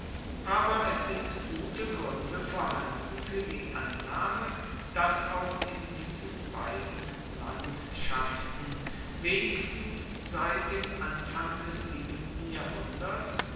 aber es sind gute gründe vorhanden für die annahme daß auch in diesen beiden landschaften wenigstens seit dem anfang des siebenten jahrhunderts